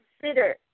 consider